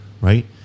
right